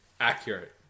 Accurate